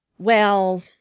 well,